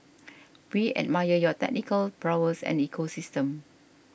we admire your technical prowess and ecosystem